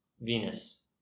Venus